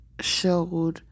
showed